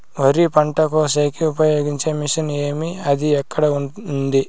వరి పంట కోసేకి ఉపయోగించే మిషన్ ఏమి అది ఎక్కడ ఉంది?